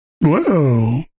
Whoa